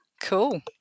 Cool